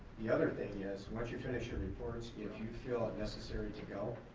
the other thing is, once you finish your reports, if you feel it necessary to go,